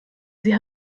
sie